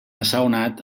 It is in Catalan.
assaonat